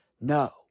no